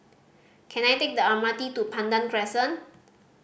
can I take the M R T to Pandan Crescent